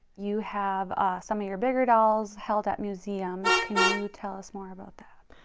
you have ah some of your bigger dolls held at museums. can you tell us more about that?